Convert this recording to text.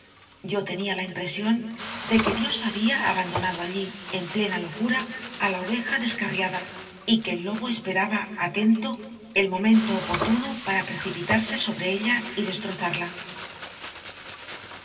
yo tenía la impresión de que dios había abandonado allí en plena locura a la oveja descarriada y que el lobo esperaba atento el momento oportuno para precipitarse sobre ella y destrozarla